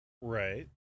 Right